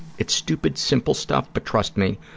it's stupid simple stuff, but trust me,